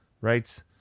right